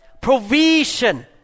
Provision